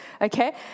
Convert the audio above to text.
Okay